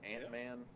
Ant-Man